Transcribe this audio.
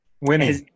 Winning